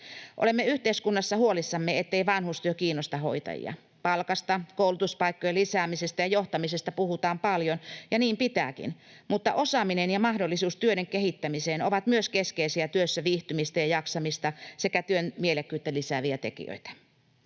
Olemme yhteiskunnassa huolissamme, ettei vanhustyö kiinnosta hoitajia. Palkasta, koulutuspaikkojen lisäämisestä ja johtamisesta puhutaan paljon ja niin pitääkin, mutta osaaminen ja mahdollisuus töiden kehittämiseen ovat myös keskeisiä työssä viihtymistä ja jaksamista sekä työn mielekkyyttä lisääviä tekijöitä.